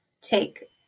take